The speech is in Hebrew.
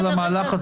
מה שאת רוצה.